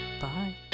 Bye